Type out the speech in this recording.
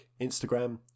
Instagram